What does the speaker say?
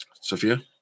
Sophia